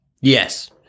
Yes